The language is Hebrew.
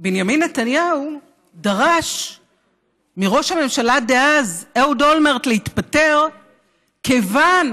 בנימין נתניהו דרש מראש הממשלה דאז אהוד אולמרט להתפטר כיוון